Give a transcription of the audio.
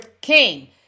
King